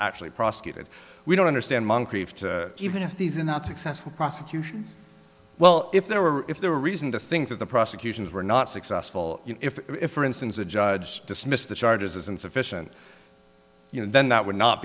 actually prosecuted we don't understand moncrief to even if these are not successful prosecutions well if there were if there were reason to think that the prosecutions were not successful if for instance a judge dismissed the charges as insufficient you know then that would not